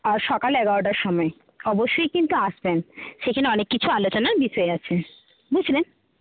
আর সকাল এগারোটার সময় অবশ্যই কিন্তু আসবেন সেখানে অনেক কিছু আলোচনার বিষয় আছে বুঝলেন